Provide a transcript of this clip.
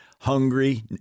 hungry